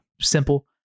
simple